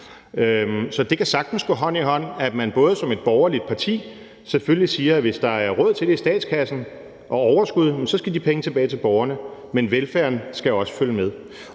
Så det kan sagtens gå hånd i hånd, at man som et borgerligt parti selvfølgelig siger, at hvis der er råd til det og overskud i statskassen, skal de penge tilbage til borgerne, men at velfærden også skal følge med.